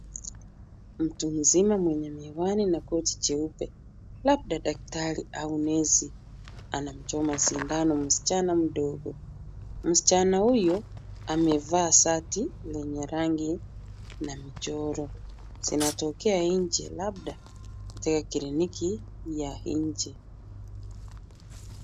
Mtu mzima mwenye miwani na koti jeupe labda daktari au nesi anamchoma sindano msichana mdogo. Msichana huyu amevaa shati lenye rangi na michoro zinatokea nje labda nje ya kliniki ya nje.